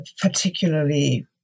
particularly